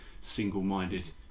single-minded